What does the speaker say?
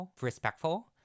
respectful